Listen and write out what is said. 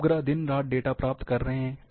ये उपग्रह दिन रात डेटा प्राप्त कर रहे हैं